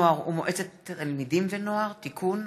נוער ומועצת תלמידים ונוער) (תיקון),